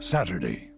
Saturday